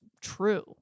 true